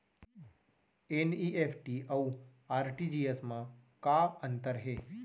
NEFT अऊ RTGS मा का अंतर हे?